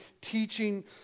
teaching